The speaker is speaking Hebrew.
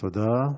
תודה.